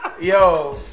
Yo